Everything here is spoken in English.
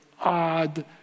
odd